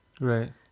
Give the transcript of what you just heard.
Right